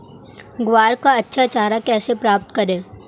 ग्वार का अच्छा चारा कैसे प्राप्त करें?